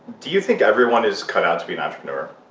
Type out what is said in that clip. do you think everyone is cut out to be an entrepreneur?